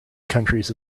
countries